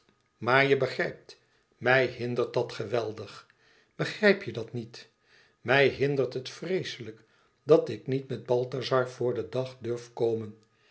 maar je begrijpt mij hindert dat geweldig begrijp je dat niet mij hindert het vreeslijk dat ik niet met balthazar voor den dag durf komen